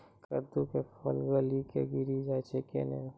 कददु के फल गली कऽ गिरी जाय छै कैने?